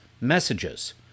messages